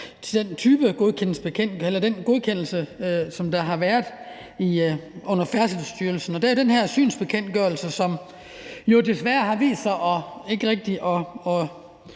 til den godkendelse, der har været under Færdselsstyrelsen. Det er jo med hensyn til den her synsbekendtgørelse, at der desværre har vist sig ikke rigtig at